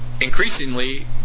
Increasingly